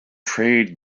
trade